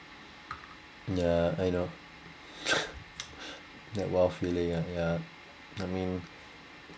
yeah I know that !wow! feeling ah ya I mean